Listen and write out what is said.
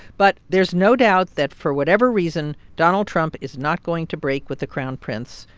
but there's no doubt that, for whatever reason, donald trump is not going to break with the crown prince,